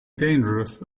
dangerous